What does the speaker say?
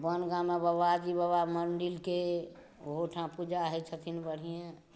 आ बनगाममे बाबाजी बाबा मंडिलके ओहोठाम पूजा होइ छथिन बढ़िये